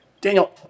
Daniel